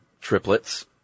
triplets